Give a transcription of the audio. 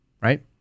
right